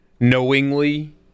Knowingly